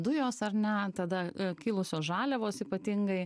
dujos ar ne tada kilusios žaliavos ypatingai